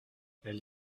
elle